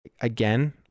again